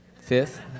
Fifth